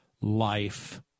life